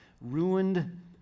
Ruined